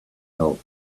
help